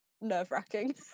nerve-wracking